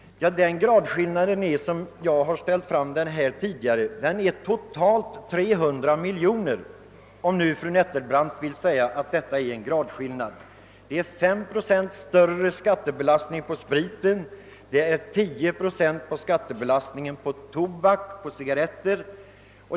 Det rör sig om, såsom jag framhållit här tidigare, totalt 300 miljoner kronor. Tycker fru Nettelbrandt verkligen att det är en gradskillnad? Det gäller 5 procent större skattebelastning på spriten och 10 procent större skattebelastning på cigarretter.